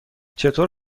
چطور